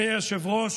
אדוני היושב-ראש,